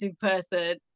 person